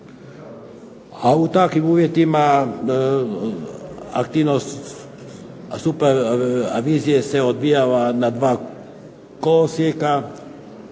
A u takvim uvjetima aktivnost supravizije se odvijala na dva kolosijeka,